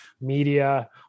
media